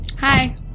Hi